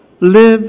Live